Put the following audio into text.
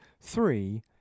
three